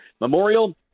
Memorial